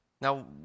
Now